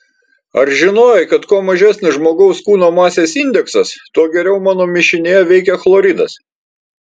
ar žinojai kad kuo mažesnis žmogaus kūno masės indeksas tuo geriau mano mišinyje veikia chloridas